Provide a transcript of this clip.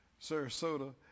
Sarasota